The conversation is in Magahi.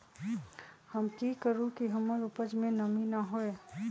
हम की करू की हमर उपज में नमी न होए?